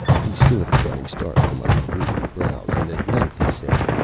he stood regarding stark from under brooding brows, and at length he said,